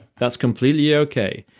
that's completely okay.